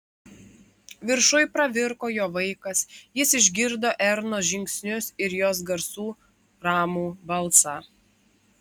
viršuj pravirko jo vaikas jis išgirdo ernos žingsnius ir jos garsų ramų balsą